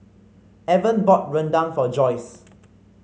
Evan bought rendang for Joyce